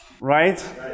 Right